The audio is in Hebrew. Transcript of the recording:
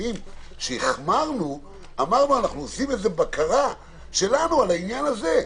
שבדברים שהחמרנו אמרנו שאנחנו עושים בקרה שלנו על העניין הזה,